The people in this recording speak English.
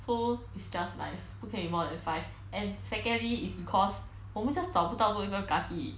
so is just nice 不可以 more than five and secondly is because 我们 just 找不到多一个 kaki